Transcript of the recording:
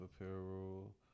apparel